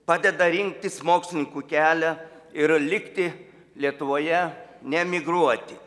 padeda rinktis mokslininkų kelią ir likti lietuvoje neemigruoti